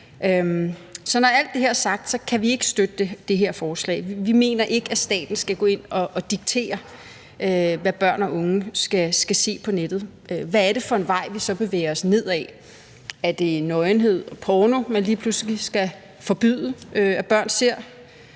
Så når alt det her er sagt, kan vi ikke støtte det her forslag. Vi mener ikke, at staten skal gå ind og diktere, hvad børn og unge skal se på nettet. Hvad er det for en vej, vi så bevæger os ned ad? Er det nøgenhed og porno, man lige pludselig skal forbyde at børn ser?